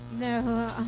No